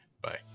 Bye